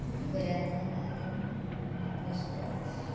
पुरातनकालं द्रष्टुम्